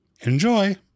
Enjoy